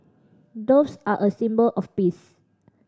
doves are a symbol of peace